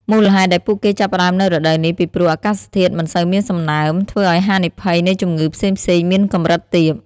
មូលហេតុដែលពួកគេចាប់ផ្តើមនៅរដូវនេះ ពីព្រោះអាកាសធាតុមិនសូវមានសំណើម ធ្វើឲ្យហានិភ័យនៃជំងឺផ្សេងៗមានកម្រិតទាប។